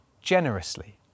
generously